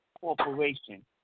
corporation